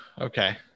Okay